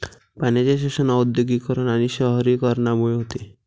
पाण्याचे शोषण औद्योगिकीकरण आणि शहरीकरणामुळे होते